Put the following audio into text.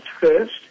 first